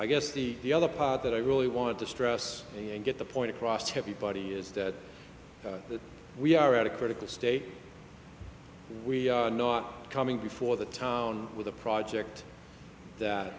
i guess the other part that i really want to stress and get the point across heavy body is that we are at a critical stage we are not coming before the town with a project that